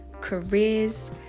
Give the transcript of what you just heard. careers